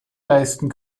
leisten